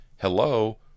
hello